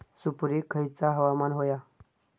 सुपरिक खयचा हवामान होया?